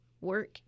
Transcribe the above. work